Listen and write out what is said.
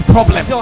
problem